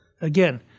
Again